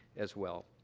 as well.